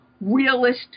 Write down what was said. realist